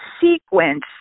sequence